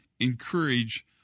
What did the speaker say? encourage